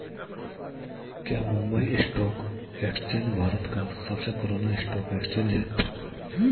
क्या Mumbai stock exchange Bharat का सबसे पुराना स्टॉक एक्सचेंज है?